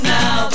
now